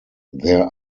there